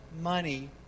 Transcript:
money